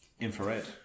infrared